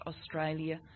Australia